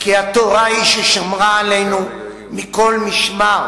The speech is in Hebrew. כי התורה היא ששמרה עלינו מכל משמר,